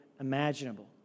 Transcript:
imaginable